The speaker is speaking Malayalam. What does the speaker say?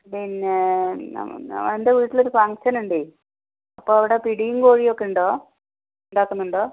പിന്നെ എൻ്റ വീട്ടിലൊരു ഫംഗ്ഷൻ ഉണ്ട് അപ്പം അവിടെ പിടിയും കോഴിയും ഒക്കെ ഉണ്ടോ ഉണ്ടാക്കുന്നുണ്ടോ